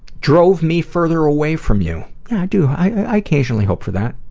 drove me further away from you yeah, i do i occasionally hope for that